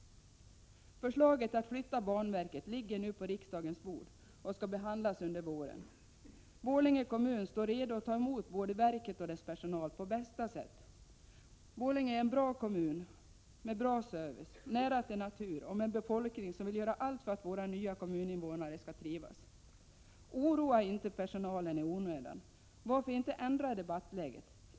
Förslaget att flytta banverket ligger nu på riksdagens bord och skall behandlas under våren. Borlänge kommun står redo ått ta emot både verket och dess personal på bästa sätt. Borlänge är en bra kommun med bra service, nära till natur och med en befolkning som vill göra allt för att våra nya kommuninvånare skall trivas. Oroa inte personalen i onödan! Varför inte ändra debattläget?